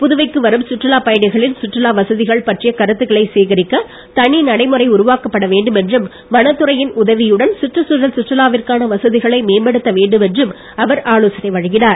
புதுவைக்கு வரும் சுற்றுலா பயணிகளிடம் சுற்றுலா வசதிகள் பற்றிய கருத்துக்களை சேகரிக்க தனி நடைமுறை உருவாக்கப்பட வேண்டும் என்றும் வனத்துறையின் உதவியுடன் சுற்றுச்சூழல் சுற்றுலாவிற்கான வசதிகளை மேம்படுத்த வேண்டும் என்றும் அவர் ஆலோசனை வழங்கினார்